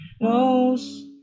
knows